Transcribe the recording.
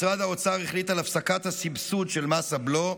משרד האוצר החליט על הפסקת הסבסוד של מס הבלו,